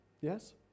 Yes